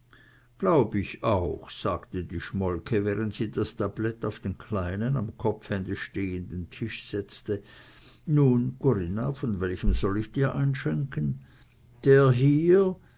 glaub ich auch sagte die schmolke während sie das tablett auf den kleinen am kopfende stehenden tisch setzte nun corinna von welchem soll ich dir einschenken der hier